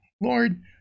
Lord